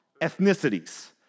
Ethnicities